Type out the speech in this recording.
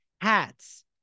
hats